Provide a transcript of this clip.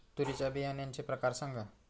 तूरीच्या बियाण्याचे प्रकार सांगा